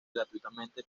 gratuitamente